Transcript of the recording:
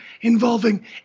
involving